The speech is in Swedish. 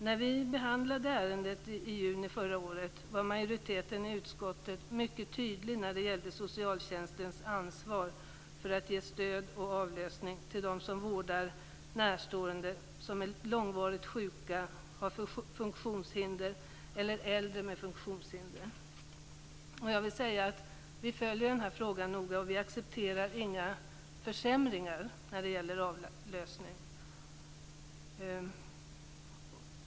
När vi behandlade ärendet i juni förra året var majoriteten i utskottet mycket tydlig när det gällde socialtjänstens ansvar för att ge stöd och avlösning till dem som vårdar närstående som är långvarigt sjuka, som har funktionshinder eller som är äldre med funktionshinder. Vi följer den här frågan noga och vi accepterar inga försämringar på detta område.